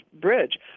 Bridge